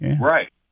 right